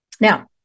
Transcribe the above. Now